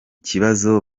kibazo